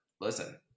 listen